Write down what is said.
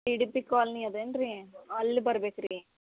T D P colony ಅದೇನೆ ರೀ ಅಲ್ಲಿ ಬರ್ಬೇಕು ರೀ